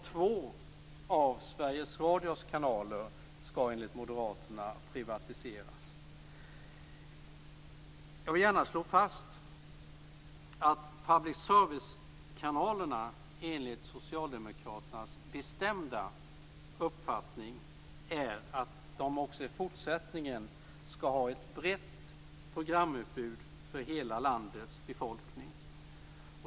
Två av Sveriges Radios kanaler skall enligt Moderaterna privatiseras. Jag vill gärna slå fast att public service-kanaler skall enligt Socialdemokraternas bestämda uppfattning i fortsättningen ha ett brett programutbud för hela landets befolkning.